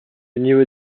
niveau